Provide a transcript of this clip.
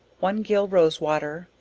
one gill rose-water,